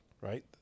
right